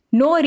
no